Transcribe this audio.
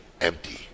Empty